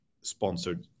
sponsored